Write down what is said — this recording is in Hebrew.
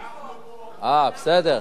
בסדר.